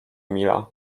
emila